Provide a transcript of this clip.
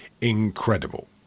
incredible